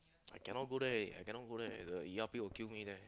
I cannot go there I cannot go there the E_R_P will kill me there